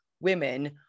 women